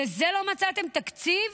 לזה לא מצאתם תקציב?